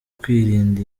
kwirinda